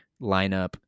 lineup